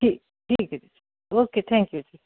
ਠੀਕ ਠੀਕ ਏ ਜੀ ਓਕੇ ਥੈਂਕ ਯੂ ਜੀ